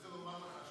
אני רוצה לומר לך,